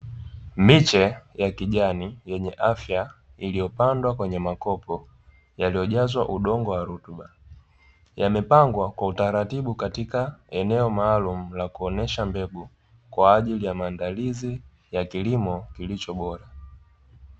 Miche ya kijani yenye afya, iliyopandwa kwenye makopo yaliyojazwa udongo wa rutuba, yamepangwa kwa utaratibu katika eneo maalumu la kuonesha mbegu kwa ajili ya maandalizi ya kilimo kilicho bora.